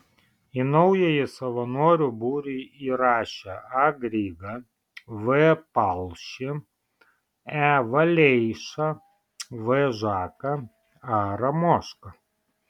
į naująjį savanorių būrį įrašė a grygą v palšį e valeišą v žaką a ramošką